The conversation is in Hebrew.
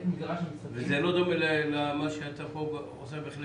זה לא דומה למה שאתה אומר כאן?